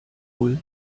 wohl